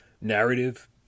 narrative